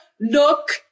Look